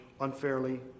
unfairly